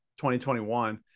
2021